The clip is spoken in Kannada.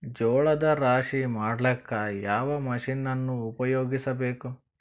ಜೋಳದ ರಾಶಿ ಮಾಡ್ಲಿಕ್ಕ ಯಾವ ಮಷೀನನ್ನು ಉಪಯೋಗಿಸಬೇಕು?